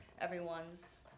everyone's